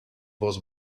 was